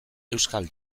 euskal